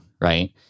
right